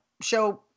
show